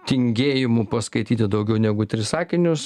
tingėjimu paskaityti daugiau negu tris sakinius